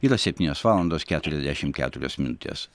yra septynios valandos keturiasdešim keturios minutės